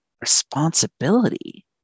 responsibility